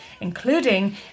including